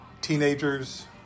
teenagers